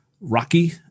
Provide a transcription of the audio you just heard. Rocky